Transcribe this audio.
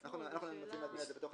השאלה --- אנחנו מנסים להטמיע את זה בתוך